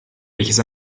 welches